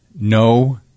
No